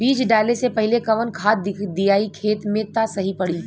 बीज डाले से पहिले कवन खाद्य दियायी खेत में त सही पड़ी?